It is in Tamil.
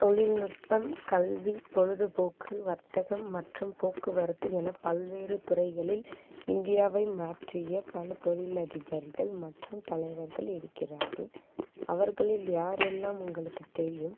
தொழில்நுட்பம் கல்வி பொழுதுபோக்கு வர்த்தகம் மற்றும் போக்குவரத்து என பல்வேறு துறைகளில் இந்தியாவை மாற்றிய பல தொழில் அதிபர்கள் மற்றும் தலைவர்கள் இருக்கிறார்கள் அவர்களில் யாரெல்லாம் உங்களுக்கு தெரியும்